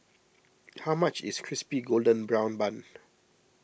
how much is Crispy Golden Brown Bun